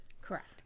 Correct